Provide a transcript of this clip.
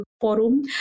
forum